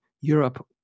Europe